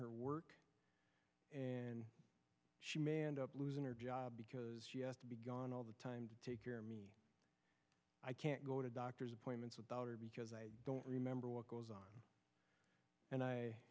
her work and she may end up losing her job because to be gone all the time to take care of me i can't go to doctor's appointments without her because i don't remember what goes on and i